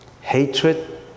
hatred